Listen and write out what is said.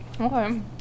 Okay